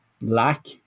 lack